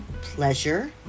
pleasure